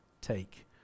Take